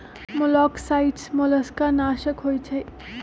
मोलॉक्साइड्स मोलस्का नाशक होइ छइ